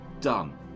Done